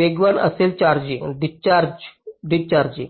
वेगवान असेल charging discharging